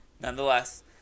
nonetheless